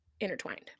intertwined